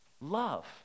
Love